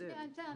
שנייה.